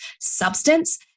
substance